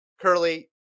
Curly